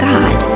God